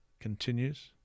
continues